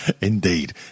Indeed